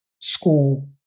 school